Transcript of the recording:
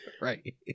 Right